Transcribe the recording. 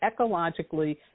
ecologically